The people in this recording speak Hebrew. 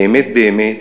באמת באמת,